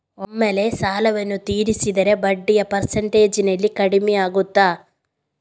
ಒಮ್ಮೆಲೇ ಸಾಲವನ್ನು ತೀರಿಸಿದರೆ ಬಡ್ಡಿಯ ಪರ್ಸೆಂಟೇಜ್ನಲ್ಲಿ ಕಡಿಮೆಯಾಗುತ್ತಾ?